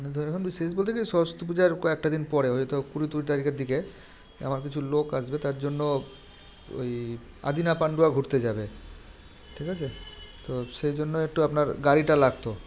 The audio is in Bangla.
মানে ধরে রাখুন ওই শেষ বলতে কী সরস্বতী পূজার কয়েকটা দিন পরে ওই হয়তো কুড়ি টুড়ি তারিখের দিকে আমার কিছু লোক আসবে তার জন্য ওই আদিনা পাণ্ডুয়া ঘুরতে যাবে ঠিক আছে তো সেই জন্য একটু আপনার গাড়িটা লাগতো